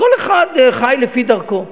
כל אחד חי לפי דרכו.